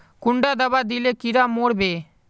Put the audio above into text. कुंडा दाबा दिले कीड़ा मोर बे?